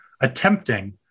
attempting